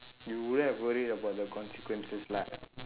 you wouldn't have worried about the consequences lah